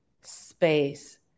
space